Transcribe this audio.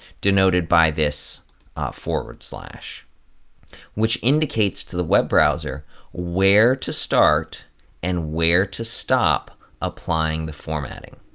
denoted by this forward slash which indicates to the web browser where to start and where to stop applying the formatting.